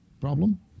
Problem